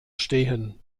stehen